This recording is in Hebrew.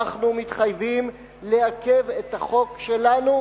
אנחנו מתחייבים לעכב את החוק שלנו.